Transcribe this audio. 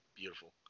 beautiful